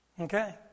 Okay